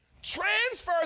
transfers